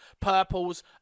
purples